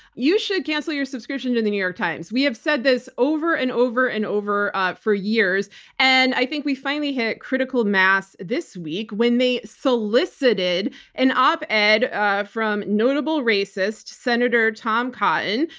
you should cancel your subscription to the new york times. we have said this over, and over, and over for years and i think we finally hit critical mass this week when they solicited an op-ed and ah from notable racist, senator tom cotton,